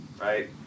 right